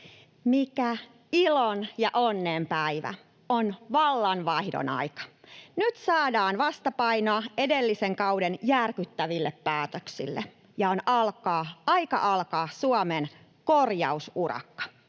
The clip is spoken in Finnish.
Mikä ilon ja onnen päivä: on vallanvaihdon aika! Nyt saadaan vastapainoa edellisen kauden järkyttäville päätöksille ja on aika alkaa Suomen korjausurakka.